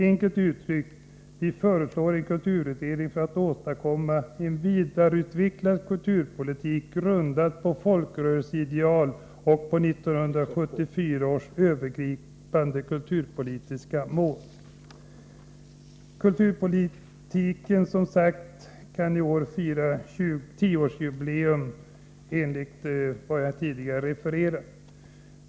Enkelt uttryckt: Vi föreslår en ny kulturutredning för att åstadkomma en vidareutvecklad kulturpolitik, grundad på folkrörelseideal och på 1974 års övergripande kulturpolitiska mål. Kulturpolitiken firar i år 10-årsjubileum.